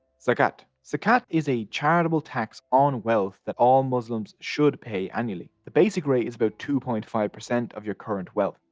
zakat zakat is a charitable tax on wealth that all muslims pay annually. the basic rate is but two point five percent of your current wealth.